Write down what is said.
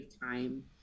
time